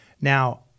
Now